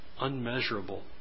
unmeasurable